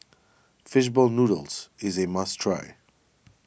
Fish Ball Noodles is a must try